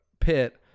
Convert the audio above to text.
pit